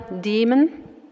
demon